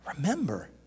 Remember